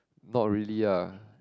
not really ah